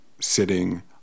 sitting